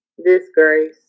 Disgrace